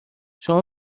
شما